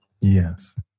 Yes